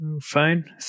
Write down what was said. fine